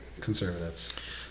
conservatives